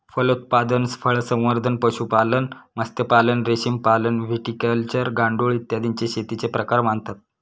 फलोत्पादन, फळसंवर्धन, पशुपालन, मत्स्यपालन, रेशीमपालन, व्हिटिकल्चर, गांडूळ, इत्यादी शेतीचे प्रकार मानतात